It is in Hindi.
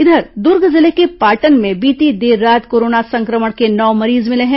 इधर दर्ग जिले के पाटन में बीती देर रात कोरोना संक्रमण के नौ मरीज मिले हैं